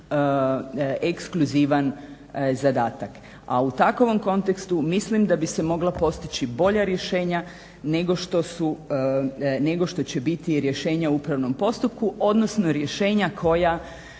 ekskluzivan zadatak. A u takvom kontekstu mislim da bi se mogla postići bolja rješenja nego što će biti rješenja o upravnom postupku, odnosno rješenja koja